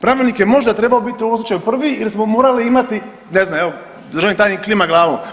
Pravilnik je možda trebao biti u ovom slučaju prvi jer smo morali imati, ne znam evo državni tajnik klima glavom.